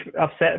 upset